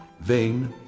vain